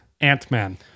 Ant-Man